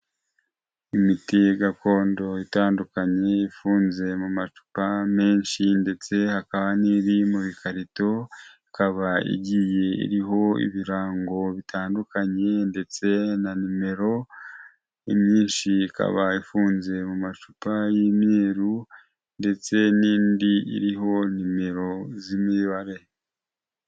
Imiti gakondo itandukanye ifunze mu macupa menshi ndetse hakaba n'iri mu ikarito, ikaba igiye iriho ibirango bitandukanye ndetse na nimero, imyinshi ikaba ifunze mu macupa y'imyeru ndetse n'indi iriho nimero z'imibare.